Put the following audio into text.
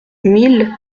mille